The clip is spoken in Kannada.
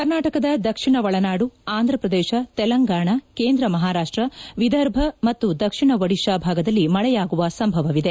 ಕರ್ನಾಟಕದ ದಕ್ಷಿಣ ಒಳನಾದು ಆಂಧ್ರಪ್ರದೇಶ ತೆಲಂಗಾಣ ಕೇಂದ್ರ ಮಹಾರಾಷ್ಟ ವಿದರ್ಭ ಮತ್ತು ದಕ್ಷಿಣ ಒಡಿಶಾ ಭಾಗದಲ್ಲಿ ಮಳೆಯಾಗುವ ಸಂಭವವಿದೆ